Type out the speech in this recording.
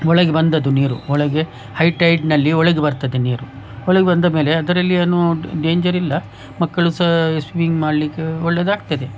ಒಳಗೆ ಬಂದದ್ದು ನೀರು ಒಳಗೆ ಹೈ ಟೈಡ್ನಲ್ಲಿ ಒಳಗೆ ಬರ್ತದೆ ನೀರು ಒಳಗೆ ಬಂದ ಮೇಲೆ ಅದರಲ್ಲಿ ಏನೂ ಡೇಂಜರ್ ಇಲ್ಲ ಮಕ್ಳಳು ಸಹ ಸ್ವಿಮಿಂಗ್ ಮಾಡಲಿಕ್ಕೆ ಒಳ್ಳೆದಾಗ್ತದೆ